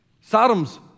Sodom's